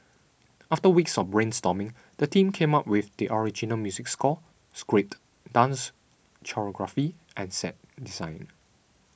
after weeks of brainstorming the team came up with the original music score script dance choreography and set design